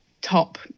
top